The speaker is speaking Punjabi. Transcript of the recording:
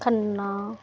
ਖੰਨਾ